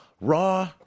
Raw